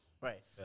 Right